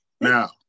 now